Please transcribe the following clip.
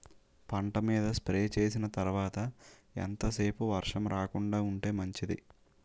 పంట మీద స్ప్రే చేసిన తర్వాత ఎంత సేపు వర్షం రాకుండ ఉంటే మంచిది?